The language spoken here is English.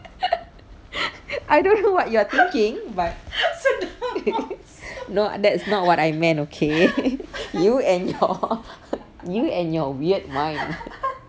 I don't know what you are thinking but no that's not what I meant okay you and your you and your weird mind